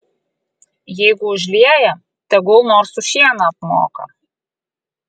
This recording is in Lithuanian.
jeigu užlieja tegul nors už šieną apmoka